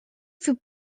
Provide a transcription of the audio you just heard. fut